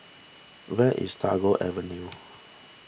where is Tagore Avenue